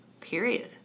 period